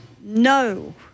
no